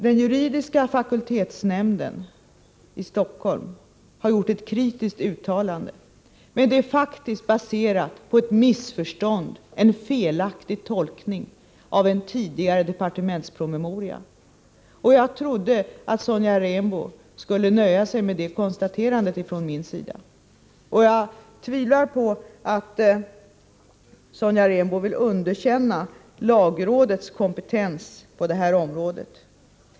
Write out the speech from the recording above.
Den juridiska fakultetsnämnden i Stockholm har gjort ett kritiskt uttalande, men det var faktiskt baserat på ett missförstånd, en felaktig tolkning av en tidigare departementspromemoria. Jag trodde att Sonja Rembo skulle låta sig nöja med det konstaterandet från min sida. Jag tvivlar på att Sonja Rembo vill underkänna lagrådets kompetens på det här området.